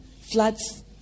floods